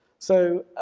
so,